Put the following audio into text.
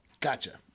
Gotcha